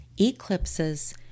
Eclipses